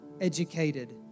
educated